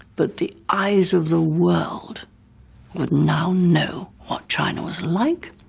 but the eyes of the world would now know what china was like.